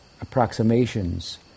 approximations